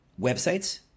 websites